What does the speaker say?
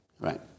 Right